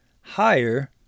higher